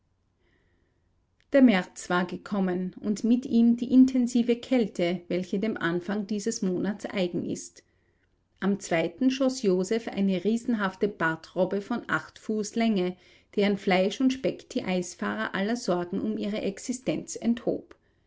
der märz war gekommen und mit ihm die intensive kälte welche dem anfang dieses monats eigen ist am zweiten schoß joseph eine riesenhafte bartrobbe von acht fuß länge deren fleisch und speck die eisfahrer aller sorgen um ihre existenz enthob